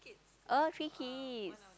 oh three kids